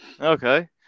Okay